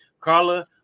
Carla